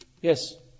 Yes